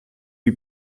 lui